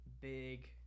big